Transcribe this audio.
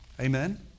Amen